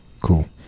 Cool